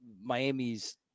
Miami's